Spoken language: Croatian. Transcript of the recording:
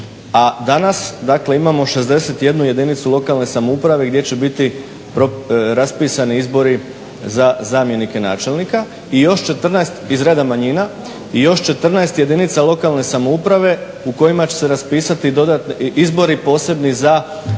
dakle imamo 61 jedinicu lokalne samouprave gdje će biti raspisani izbori za zamjenike načelnika i još 14 iz reda manjina i još 14 jedinica lokalne samouprave u kojima će se raspisati izbori posebni za zamjenika